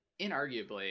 inarguably